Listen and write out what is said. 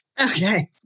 Okay